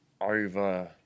over